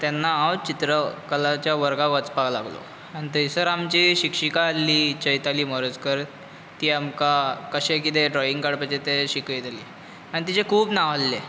तेन्ना हांव चित्रकलाच्या वर्गाक वचपाक लागलो आनी थंयसर आमची शिक्षिका आसली चैताली मोरजकर ती आमकां कशें कितें ड्रॉईंग काडपाचें तें शिकयताली आनी तिजें खूब नांव आसलें